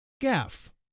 Gaff